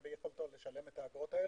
ביכולתו לשלם את האגרות האלה.